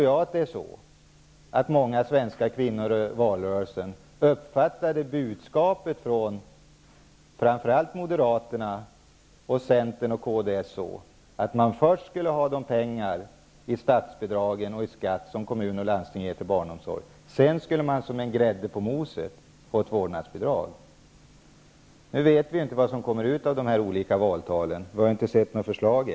Jag tror att många svenska kvinnor i valrörelsen uppfattade budskapet från framför allt Moderaterna, Centern och kds så, att man skulle ha de pengar i form av statsbidrag och skatt som kommuner och landsting betalar till barnomsorg, och sedan skulle man som grädde på moset få ett vårdnadsbidrag. Nu vet vi inte vad som kommer ut av de olika valtalen; vi har ju ännu inte sett något förslag.